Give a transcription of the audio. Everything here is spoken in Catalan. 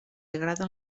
agraden